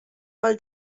mal